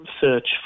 search